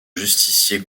justicier